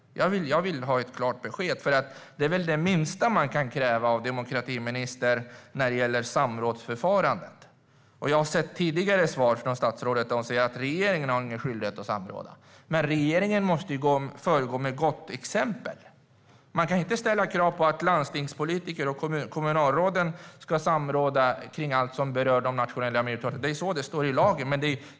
Jag vill ha ett klart besked. Det är det minsta man kan kräva av demokratiministern vad gäller samrådsförfarandet. I tidigare svar från statsrådet säger hon att regeringen inte har någon skyldighet att samråda. Men regeringen måste föregå med gott exempel. Annars kan man inte ställa krav på att landstingspolitiker och kommunalråd ska samråda om allt som berör de nationella minoriteterna, vilket det står i lagen.